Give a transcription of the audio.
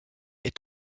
est